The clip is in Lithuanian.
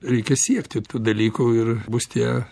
reikia siekti tų dalykų ir bus tie